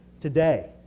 today